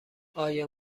آیا